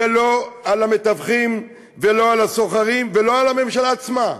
ולא על המתווכים ולא על הסוחרים ולא על הממשלה עצמה,